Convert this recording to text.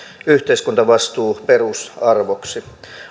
yhteiskuntavastuu perusarvoksi